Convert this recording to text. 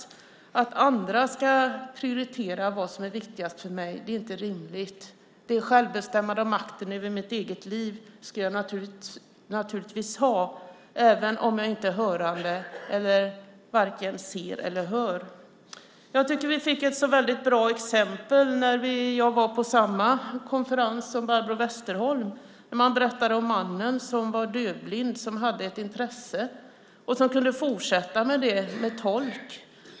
Det är inte rimligt att andra ska prioritera vad som är viktigast för någon annan. Det handlar om självbestämmande. Man ska naturligtvis ha makten över sitt eget liv även om jag inte är hörande eller varken ser eller hör. Jag tycker att vi fick ett så väldigt bra exempel när jag var på samma konferens som Barbro Westerholm. Där berättade man om mannen som var dövblind och som hade ett intresse som han kunde fortsätta med om han hade tolk.